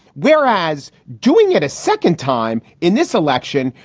whereas doing it a second time in this election,